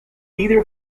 either